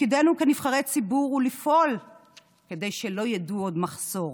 תפקידנו כנבחרי ציבור הוא לפעול כדי שלא ידעו עוד מחסור.